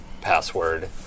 password